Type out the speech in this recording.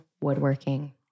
woodworking